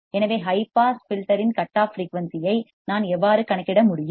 எனவே high pass filter இன் cut off frequency ஐ நான் எவ்வாறு கணக்கிட முடியும்